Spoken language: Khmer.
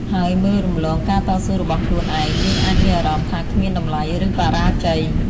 ហើយមើលរំលងការតស៊ូរបស់ខ្លួនឯង យើងអាចមានអារម្មណ៍ថាគ្មានតម្លៃ ឬបរាជ័យ។